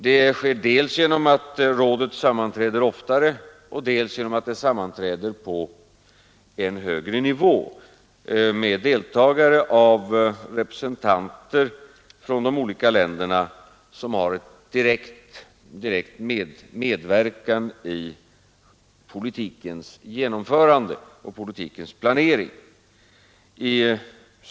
Det sker dels genom att rådet sammanträder oftare och dels genom att det sammanträder på en högre nivå, med deltagande av representanter från de olika länder som har en direkt medverkan i politikens genomförande och i politikens planering.